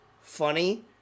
funny